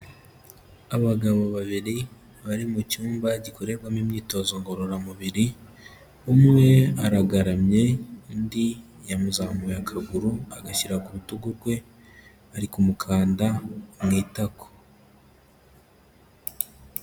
Abagabo babiri bari mu cyumba gikorerwamo imyitozo ngororamubiri, umwe aragaramye undi yamuzamuye akaguru agashyira ku rutugu rwe, ari kumukanda mu itako.